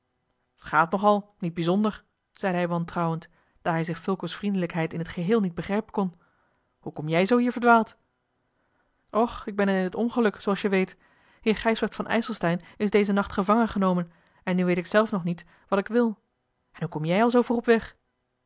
gaat nog al niet bijzonder zeide hij wantrouwend daar hij zich fulco's vriendelijkheid in het geheel niet begrijpen kon hoe kom jij zoo hier verdwaald och ik ben in t ongeluk zooals je weet heer gijsbrecht van ijselstein is dezen nacht gevangen genomen en nu weet ik zelf nog niet wat ik wil en hoe kom jij al zoo vroeg op weg